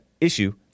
issue